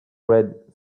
red